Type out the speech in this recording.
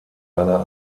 einer